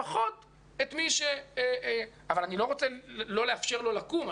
אבל אני לא רוצה לא לאפשר לו לקום,